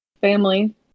Family